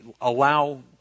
allow